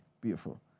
beautiful